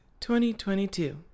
2022